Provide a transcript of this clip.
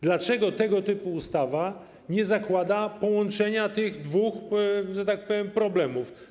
Dlaczego tego typu ustawa nie zakłada połączenia tych dwóch, że tak powiem, problemów?